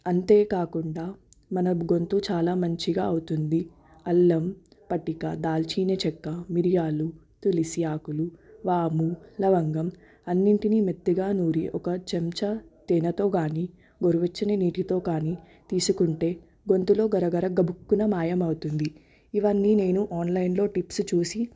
అంతే కాకుండా మన గొంతు చాలా మంచిగా అవుతుంది అల్లం పటిక దాల్చినచెక్క మిరియాలు తులసి ఆకులు వాము లవంగం అన్నింటినీ మెత్తగా నూరి ఒక చెంచా తేనెతో కానీ గోరువెచ్చటి నీటితో కానీ తీసుకుంటే గొంతులో గరగర గబుక్కున మాయమవుతుంది ఇవన్నీ నేను ఆన్లైన్లో టిప్స్ చూసి